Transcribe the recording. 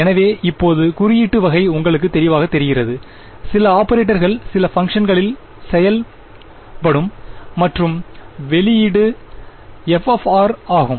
எனவே இப்போது குறியீட்டு வகை உங்களுக்கு தெளிவாகத் தெரிகிறது சில ஆப்பரேட்டர்கள் சில பங்க்ஷன்களில் செயல்படும்மற்றும் வெளியீடு f ஆகும்